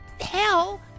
hell